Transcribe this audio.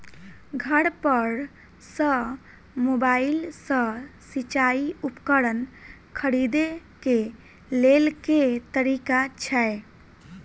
घर पर सऽ मोबाइल सऽ सिचाई उपकरण खरीदे केँ लेल केँ तरीका छैय?